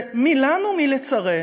אלא מי לנו, מי לצרינו.